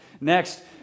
Next